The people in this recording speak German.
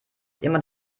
immer